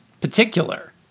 particular